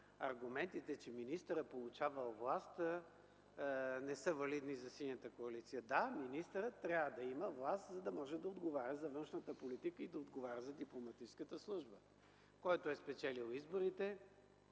аргументите, че министърът получавал власт, не са валидни за Синята коалиция. Да, министърът трябва да има власт, за да може да отговаря за външната политика и да отговаря за дипломатическата служба. Който е спечелил изборите,